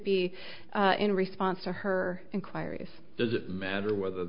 be in response to her inquiries does it matter whether the